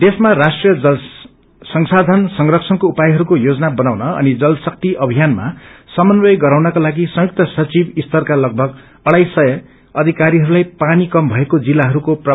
देशमा राष्ट्रीय जलसंसाथन संरक्षणको उपायहस्को योजना बनाउन अनि जल शक्ति अभियानमा समान्वय गराउनका लागि संयुक्त सचिव स्तरका लगभग अकाई सय अधिकरीहरूलाई पानी कम भएको जिल्लाहरूको प्रभारी नियुकत गरिएको छ